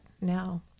now